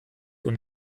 und